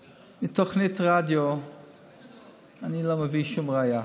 מתוכנית רדיו אני לא מביא שום ראיה.